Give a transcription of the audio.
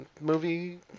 movie